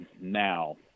now